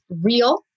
real